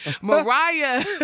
Mariah